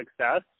success